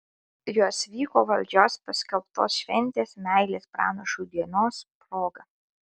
jos vyko valdžios paskelbtos šventės meilės pranašui dienos proga